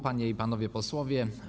Panie i Panowie Posłowie!